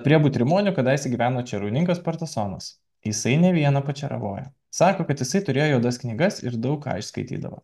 prie butrimonių kadaise gyveno čerauninkas partasonas jisai ne vieną pačeravojo sako kad jisai turėjo juodas knygas ir daug skaitydavo